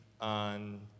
on